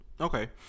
Okay